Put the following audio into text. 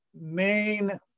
main